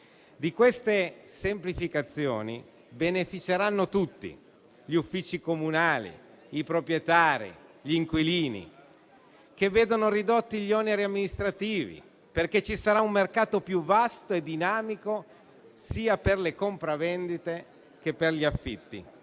Di tali semplificazioni beneficeranno tutti: gli uffici comunali, i proprietari, gli inquilini che vedono ridotti gli oneri amministrativi, perché ci sarà un mercato più vasto e dinamico sia per le compravendite che per gli affitti.